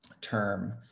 term